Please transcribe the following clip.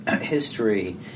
history